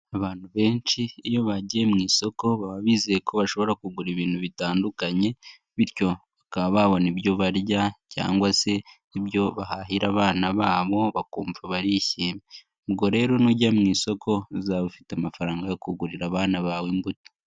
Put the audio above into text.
Abantu benshi iyo bagiye mu isoko baba bizeye ko bashobora kugura ibintu bitandukanye, bityo bakaba babona ibyo barya cyangwa se ibyo bahahira abana babo bakumva barishimye. Ubwo rero nujya mu isoko uzabe ufite amafaranga yo kugurira abana bawe imbuto.